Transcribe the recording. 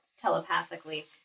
telepathically